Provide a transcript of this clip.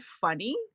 funny